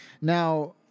Now